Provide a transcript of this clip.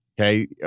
okay